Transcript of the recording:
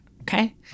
Okay